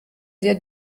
sehr